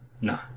No